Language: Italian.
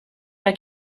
era